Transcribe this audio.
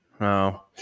No